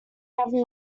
have